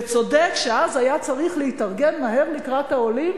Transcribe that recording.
וצודק שאז היה צריך להתארגן מהר לקראת העולים.